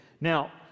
Now